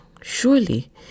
surely